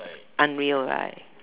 unreal right